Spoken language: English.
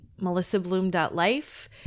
melissabloom.life